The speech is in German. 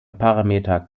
parameter